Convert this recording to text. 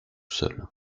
seul